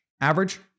average